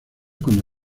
cuando